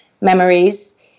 memories